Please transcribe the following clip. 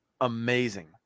amazing